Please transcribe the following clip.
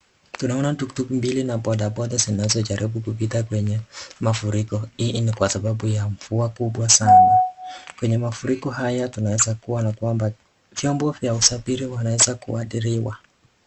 Tunaona tuktuk mbili na bodaboda zinazojaribu kupita mafuriko kwa sababu ya mvua kubwa sana kwenye mafuriko haya tunaeza kuona kwamba vyombo vya usafiri zinaweza kuharibiwa.